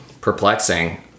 perplexing